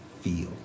feel